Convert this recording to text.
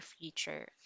future